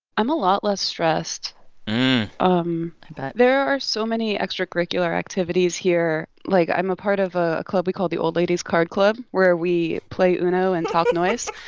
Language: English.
i'm a lot less stressed um i bet there are so many extracurricular activities here. like, i'm a part of a club we call the old ladies' card club where we play uno and talk noise.